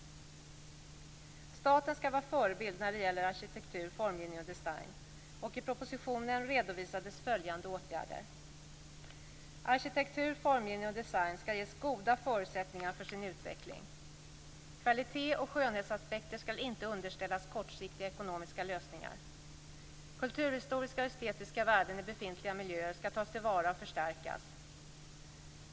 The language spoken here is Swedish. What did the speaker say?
Staten skall vara förebild när det gäller arkitektur, formgivning och design, och i propositionen redovisades följande åtgärder: · Arkitektur, formgivning och design skall ges goda förutsättningar för sin utveckling. · Kvalitet och skönhetsaspekter skall inte underställas kortsiktiga ekonomiska lösningar. · Kulturhistoriska och estetiska värden i befintliga miljöer skall tas till vara och förstärkas.